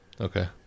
okay